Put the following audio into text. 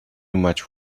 much